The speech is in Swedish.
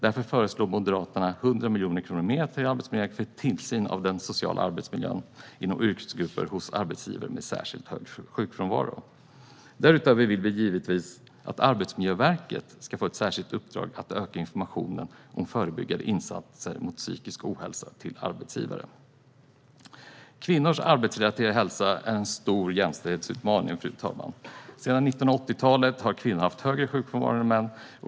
Därför föreslår Moderaterna 100 miljoner kronor mer till Arbetsmiljöverket för tillsyn av den sociala arbetsmiljön inom yrkesgrupper hos arbetsgivare med särskilt hög sjukfrånvaro. Därutöver vill vi givetvis att Arbetsmiljöverket ska få ett särskilt uppdrag att öka informationen till arbetsgivare om förebyggande insatser mot psykisk ohälsa. Kvinnors arbetsrelaterade hälsa är en stor jämställdhetsutmaning, fru talman. Sedan 1980-talet har kvinnor haft högre sjukfrånvaro än män.